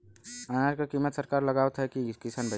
अनाज क कीमत सरकार लगावत हैं कि किसान भाई?